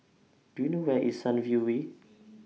Do YOU know Where IS Sunview Way